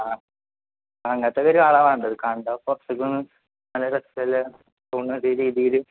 ആ അങ്ങനത്തെ ഒരു കാറാണ് വേണ്ടത് കണ്ടാൽ കുറച്ചൊക്കെ ഒന്ന് നല്ല രസമെല്ലാം തോന്നുന്ന രീതിയിൽ